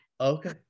Okay